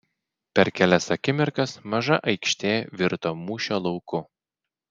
per kelias akimirkas maža aikštė virto mūšio lauku